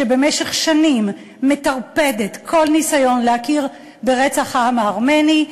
שבמשך שנים מטרפדת כל ניסיון להכיר ברצח העם הארמני,